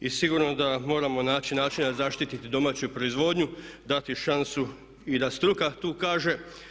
I sigurno da moramo naći načina zaštititi domaću proizvodnju, dati šansu i da struka tu kaže.